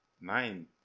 Nine